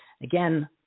again